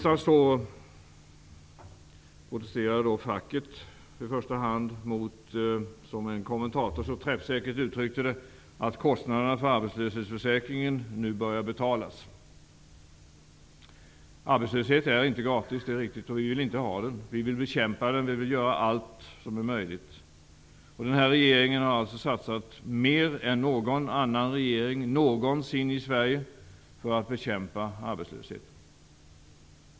I onsdags protesterade facket, i första hand mot, som en kommentator så träffsäkert uttryckte det, att kostnaderna för arbetslöshetsförsäkringen nu börjar betalas. Arbetslöshet är inte gratis. Det är riktigt. Vi vill inte ha den. Vi vill bekämpa den. Vi vill göra allt som är möjligt. Den här regeringen har satsat mer än någon annan regering i Sverige någonsin har gjort för att bekämpa arbetslösheten.